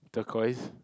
Turquoise